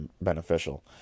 beneficial